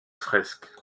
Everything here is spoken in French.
fresques